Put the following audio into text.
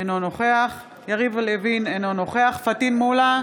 אינו נוכח יריב לוין, אינו נוכח פטין מולא,